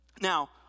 Now